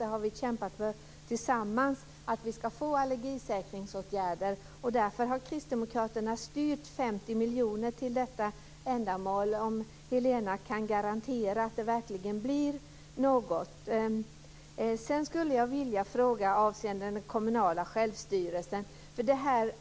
Vi har tillsammans kämpat för att vi ska få allergisäkringsåtgärder. Därför har Kristdemokraterna styrt 50 miljoner till detta ändamål, om Helena Hillar Rosenqvist kan garantera att det verkligen blir något. Så några ord om den kommunala självstyrelsen.